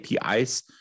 APIs